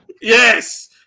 Yes